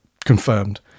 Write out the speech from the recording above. confirmed